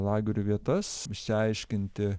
lagerių vietas išsiaiškinti